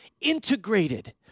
integrated